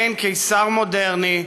מעין קיסר מודרני,